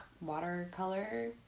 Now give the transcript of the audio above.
watercolor